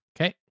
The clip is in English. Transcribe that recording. Okay